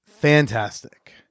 Fantastic